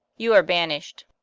you are banished.